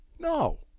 No